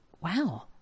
wow